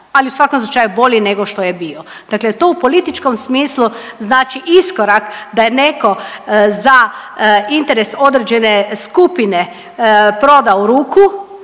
ali u svakom slučaju bolji nego što je bio. Dakle to u političkom smislu znači iskorak da je neko za interes određene skupine prodao ruku,